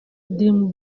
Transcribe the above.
dream